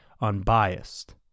unbiased